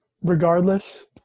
regardless